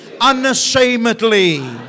unashamedly